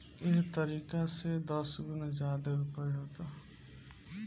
एह तरीका से दस गुना ज्यादे ऊपज होता